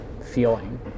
feeling